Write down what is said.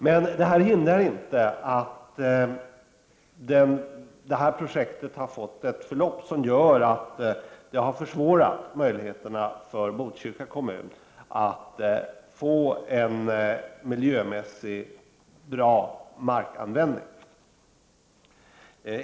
Men det här hindrar inte att projektet har fått ett förlopp som gör att möjligheterna för Botkyrka kommun har försvårats att få en miljömässig, bra markanvändning.